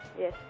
Yes